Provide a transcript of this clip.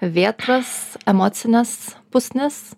vėtras emocines pusnis